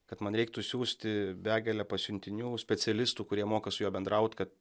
kad man reiktų siųsti begalę pasiuntinių specialistų kurie moka su juo bendraut kad